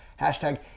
hashtag